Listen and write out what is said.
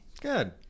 Good